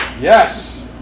Yes